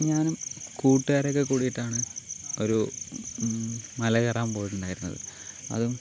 ഞാനും കൂട്ടുകാരൊക്കെ കൂടിയിട്ടാണ് ഒരു മല കയറാൻ പോയിട്ടുണ്ടായിരുന്നത് അതും